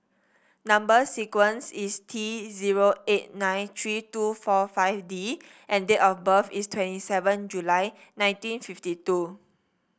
number sequence is T zero eight nine three two four five D and date of birth is twenty seven July nineteen fifty two